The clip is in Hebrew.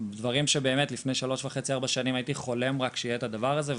דברים שבאמת לפני 3.5-4 שנים הייתי חולם רק שיהיה את הדבר הזה,